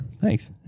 Thanks